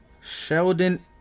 Sheldon